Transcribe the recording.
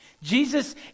Jesus